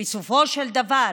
בסופו של דבר,